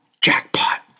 Jackpot